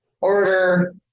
order